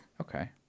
Okay